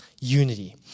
Unity